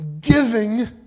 giving